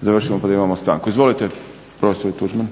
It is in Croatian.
završimo pa da imamo stanku. Izvolite profesore Tuđman.